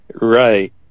Right